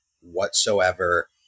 whatsoever